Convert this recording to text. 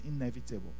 inevitable